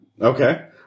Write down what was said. Okay